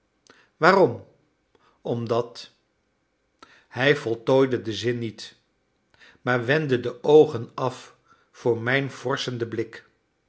waarom omdat hij voltooide den zin niet maar wendde de oogen af voor mijn vorschenden blik